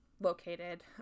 located